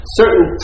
certain